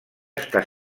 està